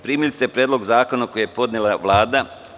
Primili ste Predlog zakona koji je podnela Vlada.